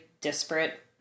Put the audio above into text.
disparate